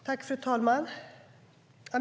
Svar på interpellationFru talman!